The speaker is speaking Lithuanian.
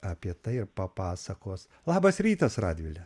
apie tai ir papasakos labas rytas radvile